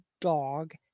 dog